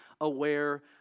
aware